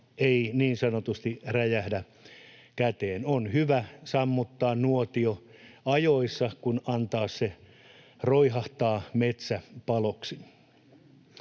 ei niin sanotusti räjähdä käteen. On parempi sammuttaa nuotio ajoissa kuin antaa sen roihahtaa metsäpaloksi.